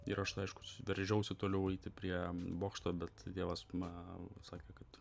ir aš aišku veržiausi toliau eiti prie bokšto bet tėvas man sakė kad